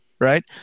Right